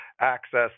access